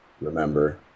remember